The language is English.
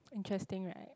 interesting right